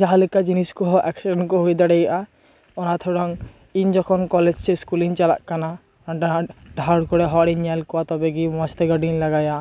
ᱡᱟᱦᱟᱸ ᱞᱮᱠᱟ ᱡᱤᱱᱤᱥ ᱠᱚᱦᱚᱸ ᱮᱠᱥᱤᱰᱮᱱᱴ ᱠᱚ ᱦᱩᱭ ᱫᱟᱲᱮᱭᱟᱜᱼᱟ ᱚᱱᱟ ᱛᱷᱮᱲᱚᱝ ᱤᱧ ᱡᱚᱠᱷᱚᱱ ᱠᱚᱞᱮᱡ ᱥᱮ ᱤᱥᱠᱩᱞᱤᱧ ᱪᱟᱞᱟᱜ ᱠᱟᱱᱟ ᱰᱟᱦᱟ ᱰᱟᱦᱟᱨ ᱠᱚᱨᱮ ᱦᱚᱲᱤᱧ ᱧᱮᱞ ᱠᱚᱣᱟ ᱛᱚᱵᱮᱜᱮ ᱢᱚᱸᱡᱽᱛᱮ ᱜᱟᱹᱰᱤᱧ ᱞᱟᱜᱟᱭᱟ